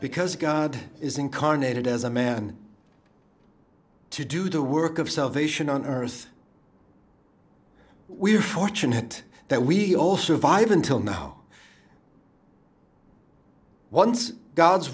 because god is incarnated as a man to do the work of salvation on earth we are fortunate that we all survive until now once god's